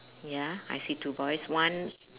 ya I see two boys one